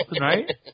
right